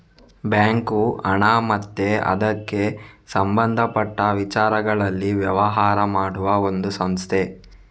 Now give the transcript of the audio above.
bank ಹಣ ಮತ್ತೆ ಅದಕ್ಕೆ ಸಂಬಂಧಪಟ್ಟ ವಿಚಾರಗಳಲ್ಲಿ ವ್ಯವಹಾರ ಮಾಡುವ ಒಂದು ಸಂಸ್ಥೆ